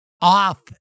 off